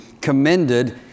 commended